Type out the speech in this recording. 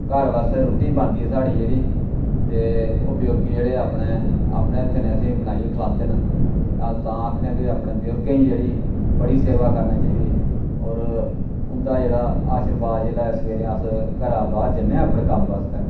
घर आस्तै रुट्टी बनदी साढ़ी जेह्ड़ी ते ओह् बुजुर्ग जेह्ड़े अपने अपने हत्थें नै असें गी बनाइयै खलांदे न ते अस तां आखने आं कि अपने बुजुर्गें दी जेह्ड़ी बड़ी सेवा करनी चाहिदी और उं'दा जेह्ड़ा आशीर्वाद जेल्लै सवेरे अस घरै बाह्र जन्ने आं अपने कम्म आस्तै